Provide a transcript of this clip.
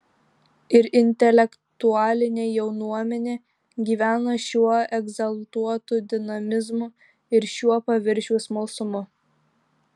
ir intelektualinė jaunuomenė gyvena šiuo egzaltuotu dinamizmu ir šiuo paviršiaus smalsumu